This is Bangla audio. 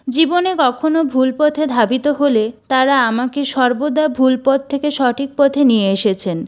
জীবনে কখনও ভুল পথে ধাবিত হলে তাঁরা আমাকে সর্বদা ভুল পথ থেকে সঠিক পথে নিয়ে এসেছেন